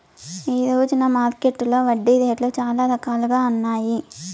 ఈ రోజున మార్కెట్టులో వడ్డీ రేట్లు చాలా రకాలుగా ఉన్నాయి